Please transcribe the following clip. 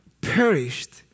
perished